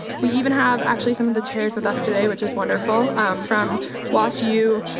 we even have actually some of the chairs with us today, which is wonderful from wash u,